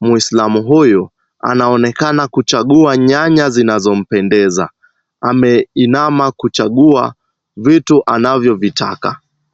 Mwislamu huyu, anaonekana kuchagua nyanya zinazompendeza. Ameinama kuchagua vitu anavyovitaka.